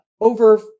over